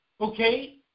Okay